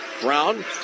Brown